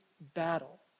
battle